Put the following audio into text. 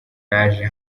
naje